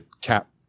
cap